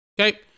Okay